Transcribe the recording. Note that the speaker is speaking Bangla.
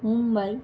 মুম্বাই